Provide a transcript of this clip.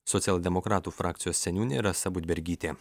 socialdemokratų frakcijos seniūnė rasa budbergytė